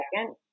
second